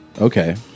okay